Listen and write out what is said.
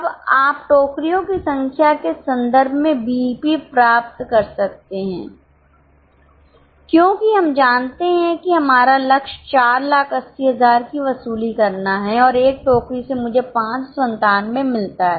अब आप टोकरीयों की संख्या के संदर्भ में बीईपी प्राप्त कर सकते हैं क्योंकि हम जानते हैं कि हमारा लक्ष्य 480000 की वसूली करना है और 1 टोकरी से मुझे 597 मिलता है